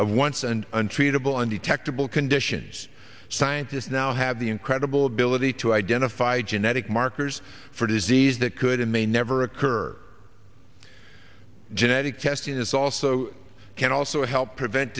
of once an untreatable undetectable conditions scientists now have the incredible ability to identify genetic markers for disease that could and may never occur genetic testing is also can also help prevent